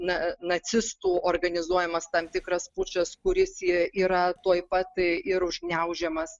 na nacistų organizuojamas tam tikras pučas kuris i yra tuoj pat ir užgniaužiamas